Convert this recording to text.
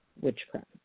witchcraft